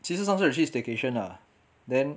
其实上次有去 staycation lah then